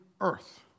earth